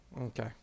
Okay